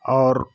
और